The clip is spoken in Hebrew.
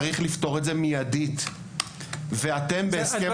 צריך לפתור את זה מיידית ואתם בהסכם